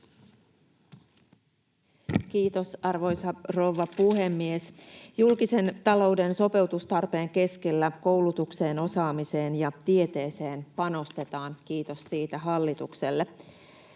Kiitos, arvoisa rouva puhemies! Julkisen talouden sopeutustarpeen keskellä koulutukseen, osaamiseen ja tieteeseen panostetaan — kiitos siitä hallitukselle.